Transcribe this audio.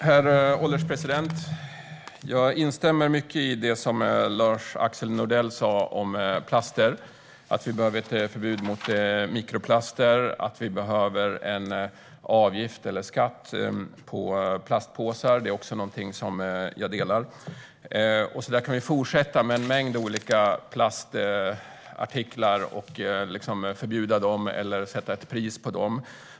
Herr ålderspresident! Jag instämmer i mycket av det som Lars-Axel Nordell sa om plaster - att vi behöver ett förbud mot mikroplaster, att vi behöver en avgift eller en skatt på plastpåsar och så vidare. På det sättet kan man fortsätta och föreslå förbud mot en mängd olika plastartiklar eller sätta ett pris på dem.